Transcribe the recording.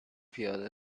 پیاده